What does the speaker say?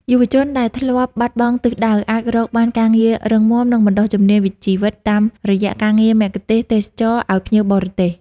យុវជនដែលធ្លាប់បាត់បង់ទិសដៅ អាចរកបានការងាររឹងមាំ និងបណ្តុះជំនាញជីវិតតាមរយៈការងារមគ្គុទេសក៍ទេសចរណ៍អោយភ្ញៀវបរទេស។